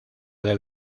del